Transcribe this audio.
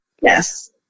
yes